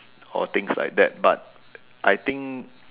or things like that but I think